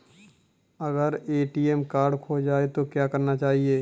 अगर ATM card खो जाए तो क्या करना चाहिए?